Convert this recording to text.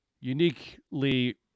uniquely